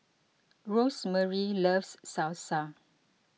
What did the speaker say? Rosemarie loves Salsa